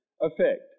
effect